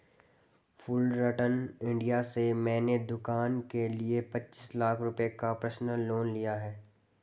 Fullerton India से मैंने दूकान के लिए पचीस लाख रुपये का पर्सनल लोन लिया है